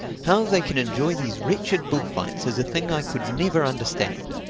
how they can enjoy these wretched bullfights is a thing i could never understand.